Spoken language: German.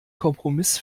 kompromiss